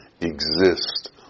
exist